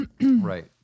right